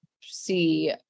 see